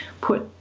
put